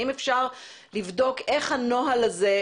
האם אפשר לבדוק לגבי הנוהל הזה,